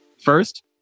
First